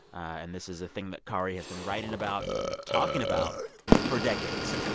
and this is a thing that kari has been writing about and talking about for decades.